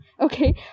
okay